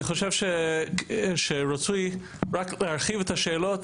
אני חושב שרצוי רק להכיל את השאלות,